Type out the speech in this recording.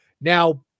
Now